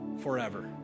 forever